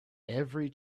every